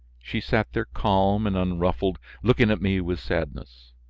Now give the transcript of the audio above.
she sat there calm and unruffled looking at me with sadness.